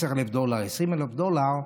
10,000 דולר, 20,000 דולר,